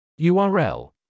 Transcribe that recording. URL